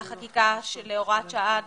גם להוראת שעה